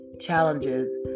challenges